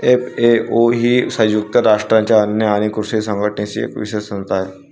FAO ही संयुक्त राष्ट्रांच्या अन्न आणि कृषी संघटनेची एक विशेष संस्था आहे